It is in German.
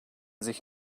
sich